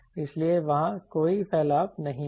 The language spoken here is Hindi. इसलिए वहाँ कोई फैलाव नहीं है